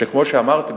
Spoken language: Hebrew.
שכמו שאמרתי,